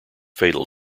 fatal